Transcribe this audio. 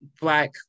Black